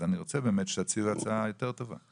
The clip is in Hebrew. אז אני ארצה באמת שתציעו הצעה יותר טובה.